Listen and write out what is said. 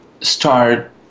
start